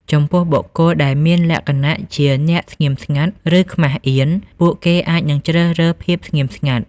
ចំពោះបុគ្គលដែលមានលក្ខណៈជាអ្នកស្ងៀមស្ងាត់ ឬខ្មាសអៀន ពួកគេអាចនឹងជ្រើសរើសភាពស្ងៀមស្ងាត់។